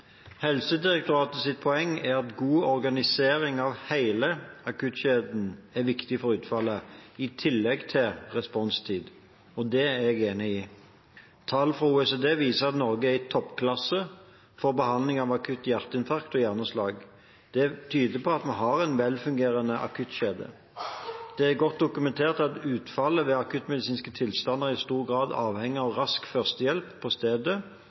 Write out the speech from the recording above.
poeng er at god organisering av hele akuttkjeden er viktig for utfallet, i tillegg til responstid. Det er jeg enig i. Tall fra OECD viser at Norge er i toppklasse for behandling av akutt hjerteinfarkt og hjerneslag. Det tyder på at vi har en velfungerende akuttkjede. Det er godt dokumentert at utfallet ved akuttmedisinske tilstander i stor grad avhenger av rask førstehjelp på stedet